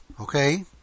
okay